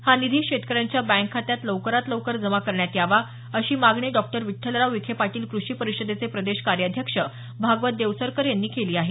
हा निधी शेतकऱ्यांच्या बॅक खात्यात लवकरात लवकर जमा करण्यात यावा अशी मागणी डॉ विठ्ठलराव विखे पाटील कृषी परिषदेचे प्रदेश कार्याध्यक्ष भागवत देवसरकर यांनी केली आहे